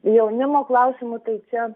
jaunimo klausimu tai čia